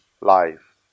life